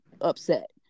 upset